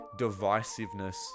divisiveness